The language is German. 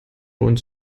rund